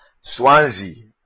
swansea